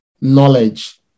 knowledge